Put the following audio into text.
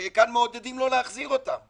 וכאן מעודדים לא להחזיר אותם.